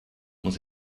muss